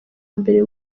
mbere